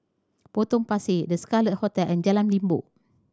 Potong Pasir The Scarlet Hotel and Jalan Limbok